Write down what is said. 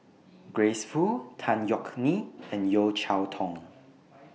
Grace Fu Tan Yeok Nee and Yeo Cheow Tong